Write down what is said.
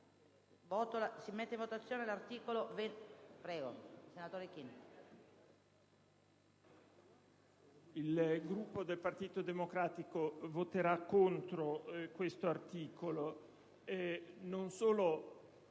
il Gruppo del Partito Democratico voterà contro questo articolo,